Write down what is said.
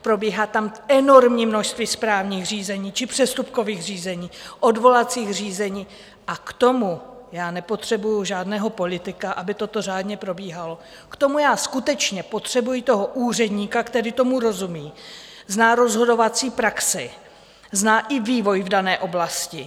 Probíhá tam enormní množství správních či přestupkových řízení, odvolacích řízení, a k tomu nepotřebuji žádného politika, aby toto řádně probíhalo, k tomu skutečně potřebuji úředníka, který tomu rozumí, zná rozhodovací praxi, zná i vývoj v dané oblasti.